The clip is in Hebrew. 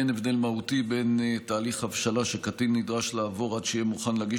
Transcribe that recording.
אין הבדל מהותי בין תהליך הבשלה שקטין נדרש לעבור עד שיהיה מוכן להגיש